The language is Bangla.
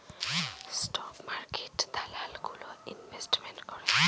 স্টক মার্কেটে দালাল গুলো ইনভেস্টমেন্ট করে